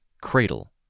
Cradle